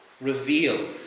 reveal